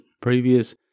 previous